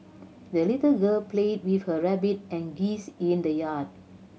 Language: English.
the little girl played with her rabbit and geese in the yard